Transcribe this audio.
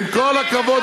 הפסדת